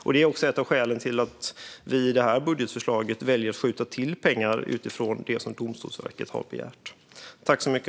Detta är också ett av skälen till att vi i vårt budgetförslag har valt att skjuta till pengar utifrån det som Domstolsverket har begärt.